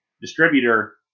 distributor